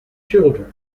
children